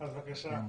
איתן,